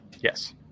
Yes